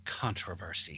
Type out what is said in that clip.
controversy